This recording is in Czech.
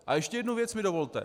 A ještě jednu věc mi dovolte.